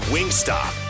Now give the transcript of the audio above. Wingstop